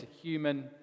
human